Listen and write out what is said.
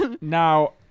Now